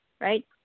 right